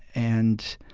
and